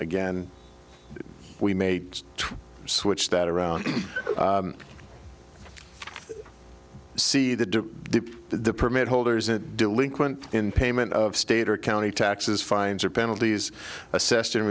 again we made a switch that around see the the permit holders and delinquent in payment of state or county taxes fines or penalties assessed in